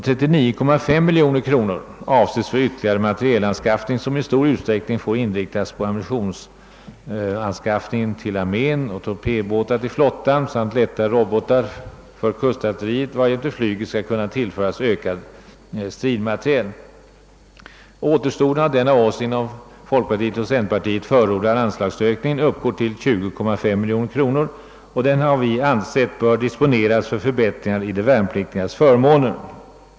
39,5 miljoner kronor avses för ytterligare materielanskaffning som i stor utsträckning får inriktas på ammunitionsanskaffningen till armén, torpedbåtar till flottan samt lätta robotar för kustartilleriet, varjämte flyget skall kunna tillföras mer stridsmateriel. Återstoden av den av oss inom folkpartiet och centerpartiet förordade anslagsökningen uppgår till 20,5 miljoner kronor. Den har vi ansett bör disponeras för förbättring av de värnpliktigas förmåner.